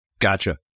Gotcha